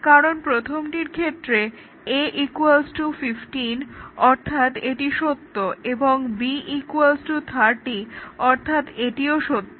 কারণ প্রথমটির ক্ষেত্রে a 15 অর্থাৎ এটি সত্য এবং b 30 অর্থাৎ এটিও সত্য